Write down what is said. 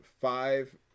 five